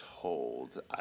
told